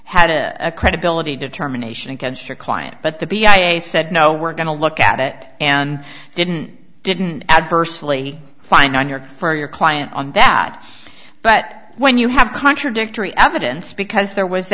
a credibility determination against your client but the b a s said no we're going to look at it and didn't didn't adversely fine on your for your client on that but when you have contradictory evidence because there was